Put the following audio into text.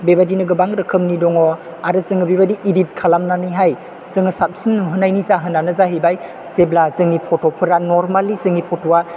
बेबायदिनो गोबां रोखोमनि दङ आरो जों बेबायदि इदित खालामनानैहाय जों साबसिन नुहोनायनि जाहोनानो जाहैबाय जेब्ला जोंनि फत'फोरा नरमेलि जोंनि फत'आ